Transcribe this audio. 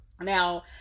Now